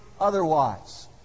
otherwise